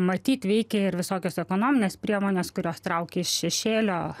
matyt veikia ir visokios ekonominės priemonės kurios traukia iš šešėlio